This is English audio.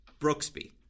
Brooksby